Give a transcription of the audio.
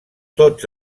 tots